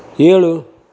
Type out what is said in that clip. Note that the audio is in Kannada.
ಏಳು